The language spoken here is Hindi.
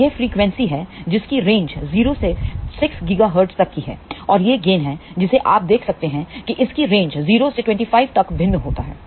तो यह फ्रीक्वेंसी है जिसकी रेंज 0 से 6 गीगाहर्ट्ज की है और यह गेन है जिसे आप देख सकते हैं कि इसकी रेंज 0 से 25 तक भिन्न होता है